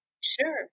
Sure